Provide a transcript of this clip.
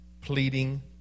pleading